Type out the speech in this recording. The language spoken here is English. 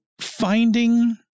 finding